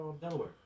Delaware